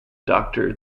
doctor